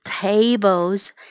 tables